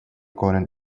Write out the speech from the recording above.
content